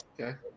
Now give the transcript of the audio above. okay